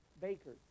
bakers